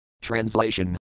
Translation